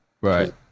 Right